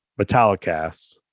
Metallicast